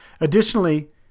Additionally